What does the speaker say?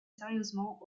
sérieusement